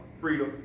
freedom